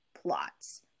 plots